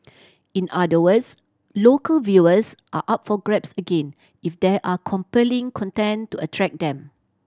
in other words local viewers are up for grabs again if there are compelling content to attract them